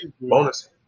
bonus